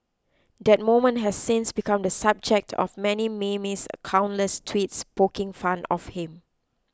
that moment has since become the subject of many memes and countless tweets poking fun of him